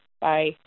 Bye